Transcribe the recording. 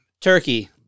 turkey